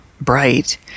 bright